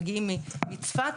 מגיעים מצפת,